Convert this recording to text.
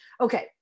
okay